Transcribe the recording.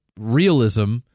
realism